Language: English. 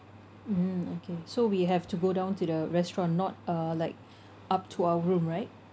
mmhmm okay so we have to go down to the restaurant not uh like up to our room right